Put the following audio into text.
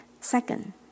Second